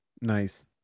Nice